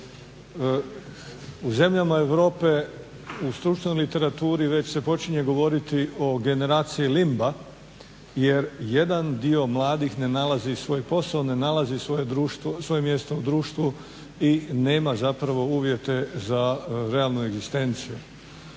U zemljama Europe u stručnoj literaturi već se počinje govoriti o generaciji limba jer jedan dio mladih ne nalazi svoj posao ne nalazi svoje mjesto u društvu i nema zapravo uvjete za realnu egzistenciju.